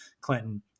Clinton